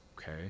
okay